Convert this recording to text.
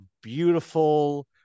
beautiful